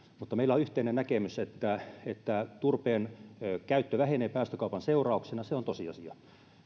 mutta meillä on yhteinen näkemys että että turpeen käyttö vähenee päästökaupan seurauksena se on tosiasia